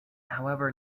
however